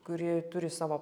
kuri turi savo